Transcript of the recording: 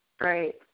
Right